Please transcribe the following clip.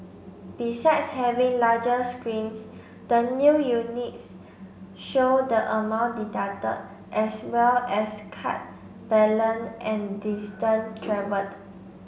besides having larger screens the new units show the amount deducted as well as card balance and distance travelled